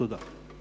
תודה.